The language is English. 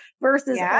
versus